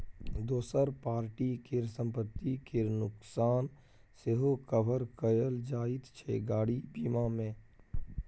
दोसर पार्टी केर संपत्ति केर नोकसान सेहो कभर कएल जाइत छै गाड़ी बीमा मे